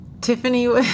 Tiffany